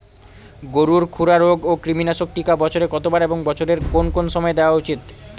গরুর খুরা রোগ ও কৃমিনাশক টিকা বছরে কতবার এবং বছরের কোন কোন সময় দেওয়া উচিৎ?